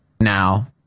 now